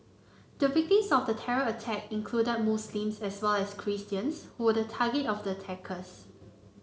the victims of the terror attack included Muslims as well as Christians who were the target of the attackers